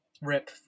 Rip